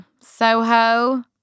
SOHO